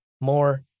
more